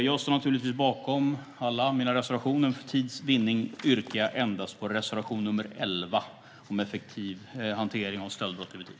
Jag står naturligtvis bakom alla mina reservationer, men för tids vinnande yrkar jag bifall endast till reservation 11 om effektiv hantering av stöldbrott i butik.